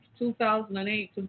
2008